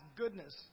goodness